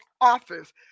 office